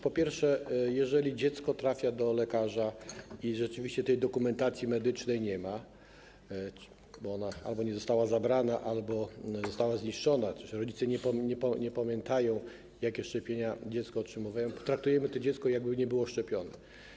Po pierwsze, jeżeli dziecko trafia do lekarza i rzeczywiście tej dokumentacji medycznej nie ma, bo ona albo nie została zabrana, albo została zniszczona, czy też rodzice nie pamiętają, jakie szczepienia dziecko miało, to traktujemy to dziecko, jakby nie było szczepione.